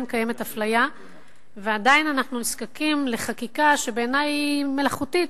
קיימת אפליה ועדיין אנחנו נזקקים לחקיקה שבעיני היא מלאכותית,